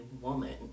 woman